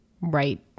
right